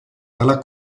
dalla